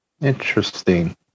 Interesting